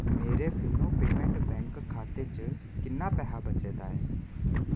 मेरे Fino payment खाते च किन्ना पैसा बचे दा ऐ